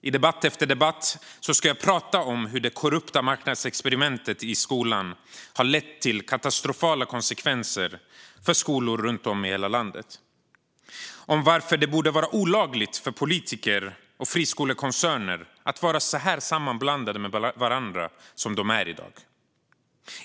I debatt efter debatt ska jag prata om hur det korrupta marknadsexperimentet i skolan har lett till katastrofala konsekvenser för skolor runt om i hela landet och om varför det borde vara olagligt för politiker och friskolekoncerner att vara så sammanblandade med varandra som de är i dag.